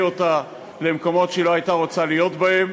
אותה למקומות שהיא לא הייתה רוצה להיות בהם,